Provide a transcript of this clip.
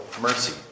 mercy